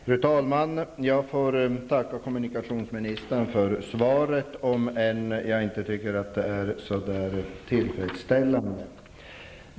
Fru talman! Jag får tacka kommunikationsministern för svaret, även om jag inte tycker att det är tillfredsställande.